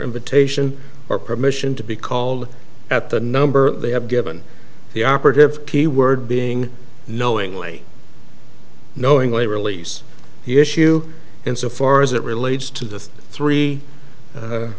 invitation or permission to be called at the number they have given the operative key word being knowingly knowingly release the issue insofar as it relates to the three